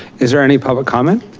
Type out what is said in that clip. is there any public comment?